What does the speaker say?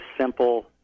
simple